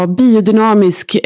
biodynamisk